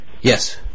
Yes